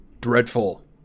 dreadful